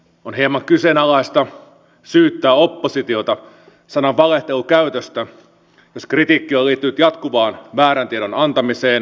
on hieman kyseenalaista syyttää oppositiota sanan valehtelu käytöstä jos kritiikki on liittynyt jatkuvaan väärän tiedon antamiseen